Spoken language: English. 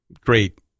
great